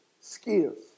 skills